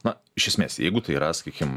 na iš esmės jeigu tai yra sakykim